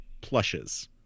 plushes